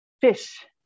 fish